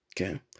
Okay